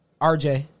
RJ